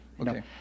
Okay